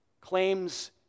claims